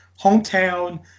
hometown